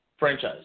franchise